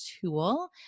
tool